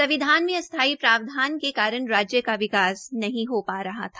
संविधान में अस्थायी प्रावधान के कारण राज्य का विकास नहीं हो पा रहा था